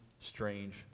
strange